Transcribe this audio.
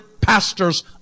pastors